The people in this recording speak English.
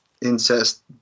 incest